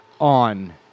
on